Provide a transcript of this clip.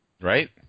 Right